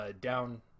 down